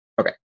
Okay